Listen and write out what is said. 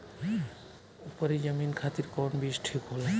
उपरी जमीन खातिर कौन बीज ठीक होला?